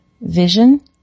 vision